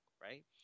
right